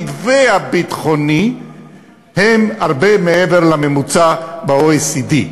והביטחוני הם הרבה מעבר לממוצע ב-OECD.